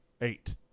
Eight